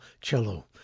cello